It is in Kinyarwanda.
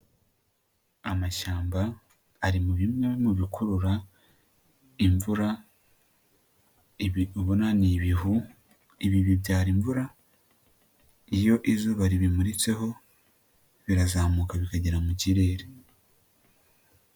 Amashyamba ari mu bimwe mu bikurura imvura, ibi ubona ni ibihu, ibi bibyara imvura iyo izuba ribimuritseho birazamuka bikagera mu kirere.